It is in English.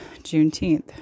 Juneteenth